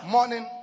Morning